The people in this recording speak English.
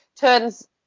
turns